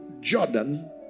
Jordan